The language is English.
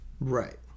right